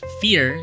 fear